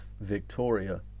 Victoria